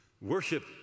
Worship